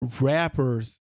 rappers